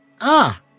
Ah